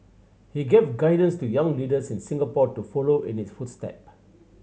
he gave guidance to young leaders in Singapore to follow in his footstep